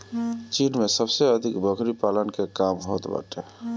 चीन में सबसे अधिक बकरी पालन के काम होत बाटे